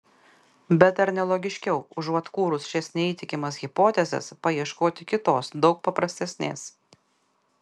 bet ar ne logiškiau užuot kūrus šias neįtikimas hipotezes paieškoti kitos daug paprastesnės